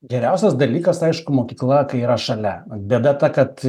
geriausias dalykas aišku mokykla kai yra šalia bėda ta kad